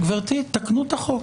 תקנו את החוק.